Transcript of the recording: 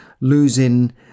losing